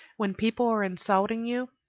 when people are insulting you,